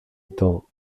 étant